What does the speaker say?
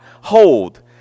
hold